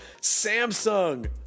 Samsung